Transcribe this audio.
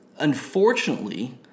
Unfortunately